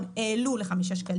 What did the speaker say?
אין לו שום אחריות?